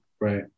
right